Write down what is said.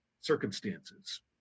circumstances